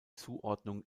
zuordnung